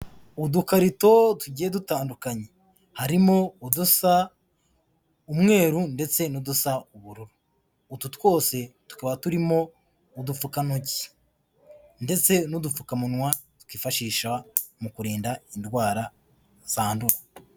Udukarito tugiye dutandukanye, harimo udusa umweru ndetse n'udusa ubururu. Utu twose tukaba turimo udupfukantoki ndetse n'udupfukamunwa twifashisha mu kurinda indwara zandura.